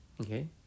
Okay